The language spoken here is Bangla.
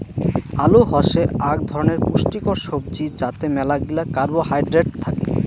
আলু হসে আক ধরণের পুষ্টিকর সবজি যাতে মেলাগিলা কার্বোহাইড্রেট থাকি